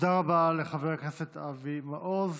תודה רבה לחבר הכנסת אבי מעוז.